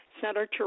Senator